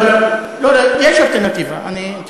יש אלטרנטיבה, יש אלטרנטיבה.